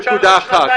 שר העבודה,